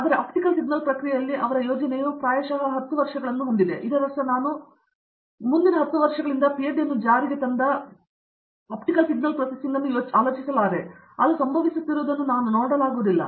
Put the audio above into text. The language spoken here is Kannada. ಆದರೆ ಆಪ್ಟಿಕಲ್ ಸಿಗ್ನಲ್ ಪ್ರಕ್ರಿಯೆಯಲ್ಲಿ ಅವರ ಯೋಜನೆಯು ಪ್ರಾಯಶಃ 10 ವರ್ಷಗಳನ್ನು ಹೊಂದಿದೆ ಇದರರ್ಥ ನಾನು ಮುಂದಿನ 10 ವರ್ಷಗಳಿಂದ ಪಿಹೆಚ್ಡಿ ಅನ್ನು ಜಾರಿಗೆ ತಂದ ಆಪ್ಟಿಕಲ್ ಸಿಗ್ನಲ್ ಪ್ರೊಸೆಸರ್ ಅನ್ನು ನಾನು ಆಲೋಚಿಸಲಾರೆ ಅದು ಸಂಭವಿಸುತ್ತಿರುವುದನ್ನು ನಾನು ನೋಡಲಾಗುವುದಿಲ್ಲ